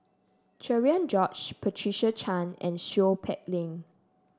Cherian George Patricia Chan and Seow Peck Leng